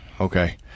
okay